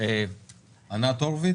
ענת הורוביץ,